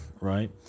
right